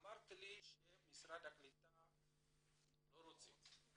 אמרת לי שמשרד הקליטה לא רוצה את זה.